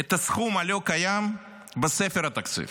את הסכום הלא קיים בספר התקציב.